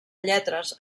lletres